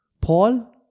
Paul